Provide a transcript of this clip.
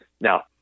now